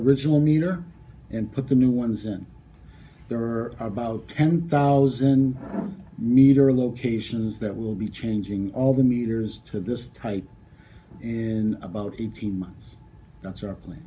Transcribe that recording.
original meter and put the new ones in there are about ten thousand meter locations that will be changing all the meters to this type in about eighteen months and certainly